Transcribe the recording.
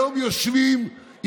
היום יושבים,